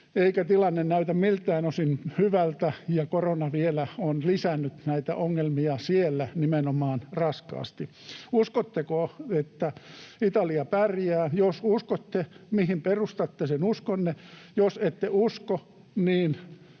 eikä tilanne näytä miltään osin hyvältä ja korona vielä on lisännyt näitä ongelmia, siellä nimenomaan, raskaasti. Uskotteko, että Italia pärjää? Jos uskotte, mihin perustatte sen uskonne? Jos ette usko, niin